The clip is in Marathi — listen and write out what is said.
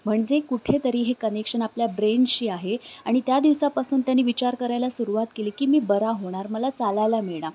म्हणजे कुठेतरी हे कनेक्शन आपल्या ब्रेनशी आहे आणि त्या दिवसापासून त्यांनी विचार करायला सुरवात केली की मी बरा होणार मला चालायला मिळणार